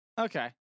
Okay